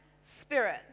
spirit